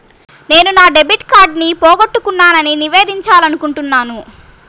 నేను నా డెబిట్ కార్డ్ని పోగొట్టుకున్నాని నివేదించాలనుకుంటున్నాను